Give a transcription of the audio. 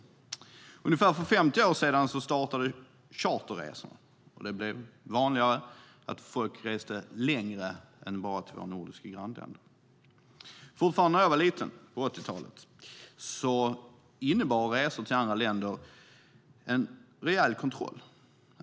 För ungefär 50 år sedan startade charterresorna och det blev vanligare att folk reste längre än till bara de nordiska grannländerna. Fortfarande när jag var liten på 80-talet innebar resor till andra länder en rejäl kontroll.